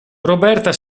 roberta